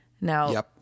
Now